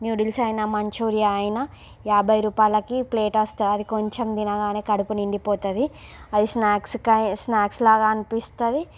noodles అయినా Manchuria అయినా యాభై రూపాయలకి ప్లేట్ వస్తుంది అది కొంచెం తినగానే కడుపు నిండిపోతుంది అది స్నాక్స్ కై స్నాక్స్ లాగా అనిపిస్తుంది